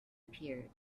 appeared